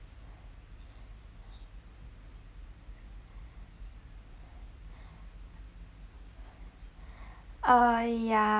uh ya